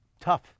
tough